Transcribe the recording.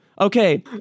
Okay